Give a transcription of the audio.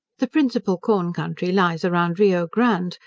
the principal corn country lies around rio grande,